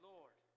Lord